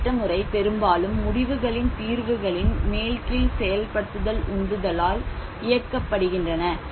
இந்த திட்ட முறை பெரும்பாலும் முடிவுகளின் தீர்வுகளின் மேல் கீழ் செயல்படுத்தல் உந்துதலால் இயக்கப்படுகின்றன